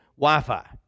Wi-Fi